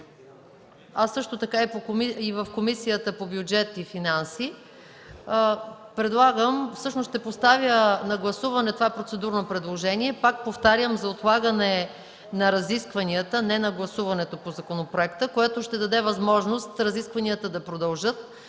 а също така и в Комисията по бюджет и финанси. Ще поставя на гласуване това процедурно предложение, пак повтарям, за отлагане на разискванията, не на гласуването по законопроекта, което ще даде възможност разискванията да продължат